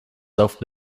self